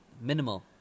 minimal